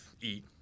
eat